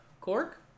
Cork